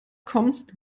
kommst